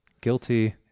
Guilty